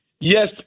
yes